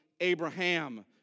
Abraham